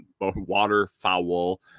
waterfowl